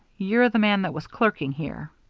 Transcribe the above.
you're the man that was clerking here.